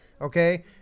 okay